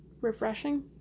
refreshing